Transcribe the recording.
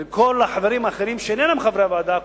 ולכל החברים האחרים שאינם חברי הוועדה,